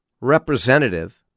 Representative